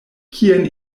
kien